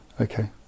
okay